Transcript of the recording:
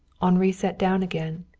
henri sat down again.